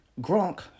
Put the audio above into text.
Gronk